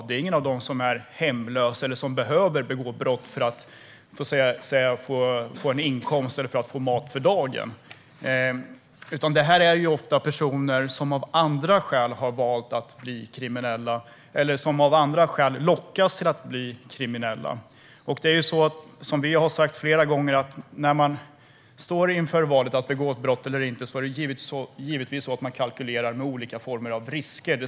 Det är ingen av dem som är hemlös eller som behöver begå brott för att få en inkomst eller mat för dagen. Det här rör sig ofta om personer som av andra skäl har valt att bli kriminella eller som har lockats att bli kriminella. Det är som vi har sagt flera gånger: När man står inför valet att begå ett brott eller inte, kalkylerar man givetvis med olika former av risker.